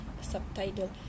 subtitle